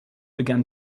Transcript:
began